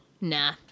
Nah